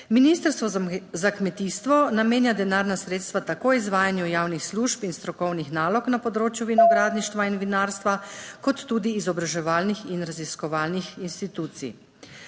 Ministrstvo za kmetijstvo namenja denarna sredstva tako izvajanju javnih služb in strokovnih nalog na področju vinogradništva in vinarstva kot tudi izobraževalnih in raziskovalnih institucij.